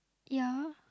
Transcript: ya